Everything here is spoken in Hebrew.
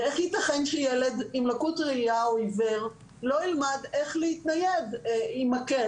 ואיך ייתכן שילד עם לקות ראייה או עיוור לא ילמד איך להתנייד עם מקל